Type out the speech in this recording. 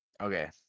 Okay